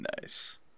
Nice